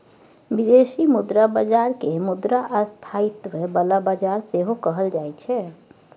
बिदेशी मुद्रा बजार केँ मुद्रा स्थायित्व बला बजार सेहो कहल जाइ छै